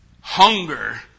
hunger